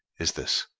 is this